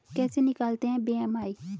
कैसे निकालते हैं बी.एम.आई?